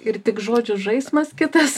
ir tik žodžių žaismas kitas